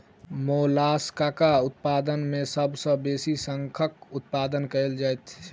मोलास्कक उत्पादन मे सभ सॅ बेसी शंखक उत्पादन कएल जाइत छै